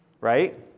right